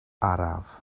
araf